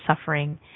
suffering